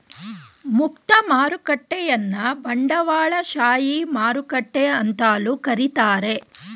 ಮುಕ್ತ ಮಾರುಕಟ್ಟೆಯನ್ನ ಬಂಡವಾಳಶಾಹಿ ಮಾರುಕಟ್ಟೆ ಅಂತಲೂ ಕರೀತಾರೆ